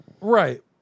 right